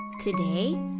Today